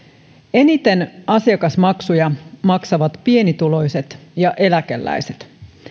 eniten asiakasmaksuja maksavat pienituloiset ja eläkeläiset